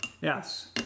Yes